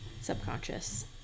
subconscious